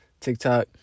TikTok